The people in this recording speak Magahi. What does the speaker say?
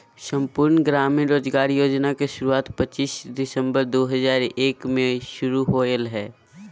संपूर्ण ग्रामीण रोजगार योजना के शुरुआत पच्चीस सितंबर दु हज़ार एक मे शुरू होलय हल